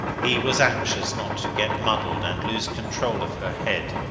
he was anxious not to get muddled and lose control of her head,